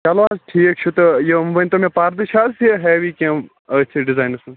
چَلو حظ ٹھیٖک چھُ تہٕ یہِ ؤنۍتو مےٚ پردٕ چھِ حظ یہِ ہٮ۪وی کیٚنٛہہ أتھی ڈِزاینس منٛز